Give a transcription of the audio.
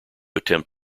attempt